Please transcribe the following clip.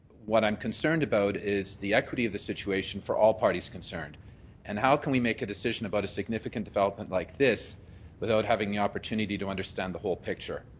what i'm concerned about is the equity of the situation for all parties concerned and how can we make a decision about a significant development like this without having the opportunity to understand the whole picture.